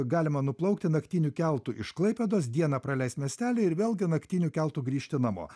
galima nuplaukti naktiniu keltu iš klaipėdos dieną praleist miestely ir vėlgi naktiniu keltu grįžti namo